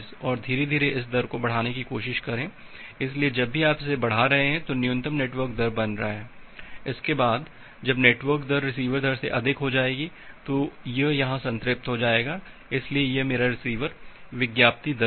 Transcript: और धीरे धीरे इसे बढ़ाने की कोशिश करें इसलिए जब भी आप इसे बढ़ा रहे हैं तो न्यूनतम नेटवर्क दर बन रहा है उसके बाद जब नेटवर्क दर रिसीवर दर से अधिक हो जाएगी तो यह यहां संतृप्त हो जाएगा इसलिए यह मेरा रिसीवर विज्ञापित दर है